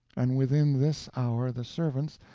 and within this hour the servants,